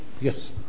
Yes